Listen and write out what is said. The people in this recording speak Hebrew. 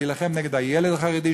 להילחם נגד הילד החרדי,